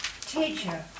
Teacher